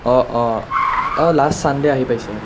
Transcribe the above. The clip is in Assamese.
অঁ অঁ অঁ লাষ্ট ছানডে' আহি পাইছে